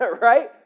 right